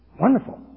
Wonderful